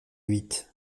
huit